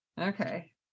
Okay